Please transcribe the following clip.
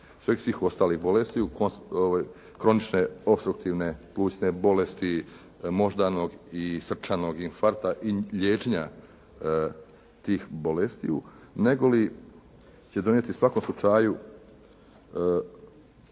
svih ostalih bolesti, kronične opstruktivne plućne bolesti, moždanog i srčanog infarkta i liječenja tih bolesti nego li će donijeti u svakom slučaju